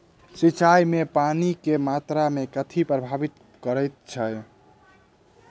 सिंचाई मे पानि केँ मात्रा केँ कथी प्रभावित करैत छै?